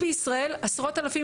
בישראל עשרות אלפים,